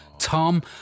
Tom